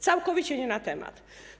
Całkowicie nie na temat.